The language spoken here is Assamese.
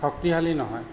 শক্তিশালী নহয়